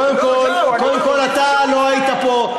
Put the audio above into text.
קודם כול, אח שלי, קודם כול אתה לא היית פה.